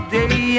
day